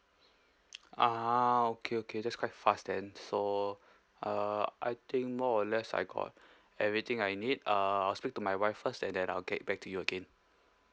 ah okay okay that's quite fast then so uh I think more or less I got everything I need uh I'll speak to my wife first and then I'll get back to you again